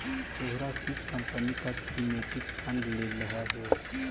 तोहरा किस कंपनी का थीमेटिक फंड लेलह हे